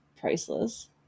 priceless